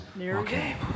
Okay